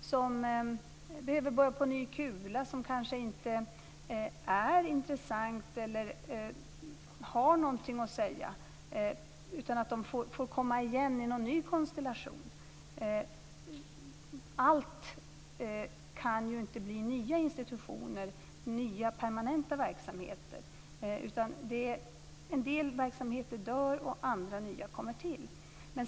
som behöver börja på ny kula, som kanske inte är intressanta eller som inte har någonting att säga. De får komma igen i någon ny konstellation. Allt kan ju inte bli nya institutioner och nya permanenta verksamheter. En del verksamheter dör medan andra kommer till.